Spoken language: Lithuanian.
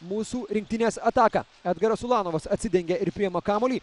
mūsų rinktinės ataką edgaras ulanovas atsidengia ir priima kamuolį